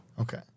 Okay